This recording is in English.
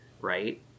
right